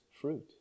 fruit